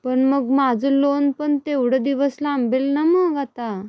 पण मग माझं लोन पण तेवढे दिवस लांबेल ना मग आता